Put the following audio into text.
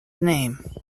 name